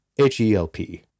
H-E-L-P